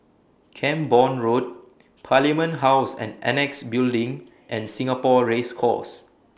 Camborne Road Parliament House and Annexe Building and Singapore Race Course